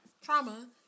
trauma